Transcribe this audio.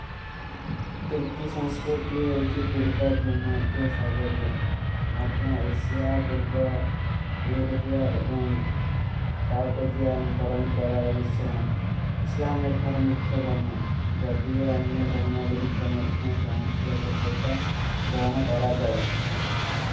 ତୁର୍କୀ ସଂସ୍କୌତି ହୋଚୀ ପୁର୍ବା, ଭୁମା, ଅଧ୍ଯା, ସାଗର୍ଯ। ମତ୍ଯାଂ ଏସିଯା, ପୁର୍ବା, ଏଵରୁପ୍ଯା ଏବଂ କାଉକୋ ଜ୍ଯାନ ପରଂପରାର, ଅମିଷ୍ଠରଣ। ଇସ୍ଲାମ ଏଠାରେ ମୁଖ୍ଯା ଧର୍ମା। ଜାତି ଯୋ ଅନ୍ଯା ଧର୍ମା ଗଡୀ କା ମତ୍ଯାଂ ସହାଁ ଚିଲାତା ସହିତା ଗରହନା କରା ଜାଏ।